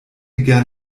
gern